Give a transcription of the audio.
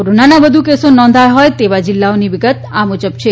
કોરોનાના વધુ કેસો નોંધાયા હોય તેવા જિલ્લાની વિગત આ મુજબ છે